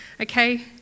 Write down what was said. okay